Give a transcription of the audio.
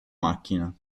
macchina